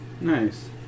Nice